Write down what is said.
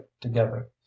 together